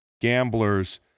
gamblers